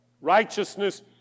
Righteousness